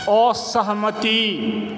असहमति